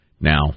Now